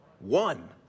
One